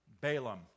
Balaam